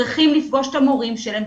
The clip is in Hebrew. צריכים לפגוש את המורים שלהם,